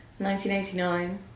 1989